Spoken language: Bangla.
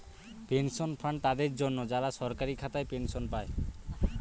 পেনশন ফান্ড তাদের জন্য, যারা সরকারি খাতায় পেনশন পায়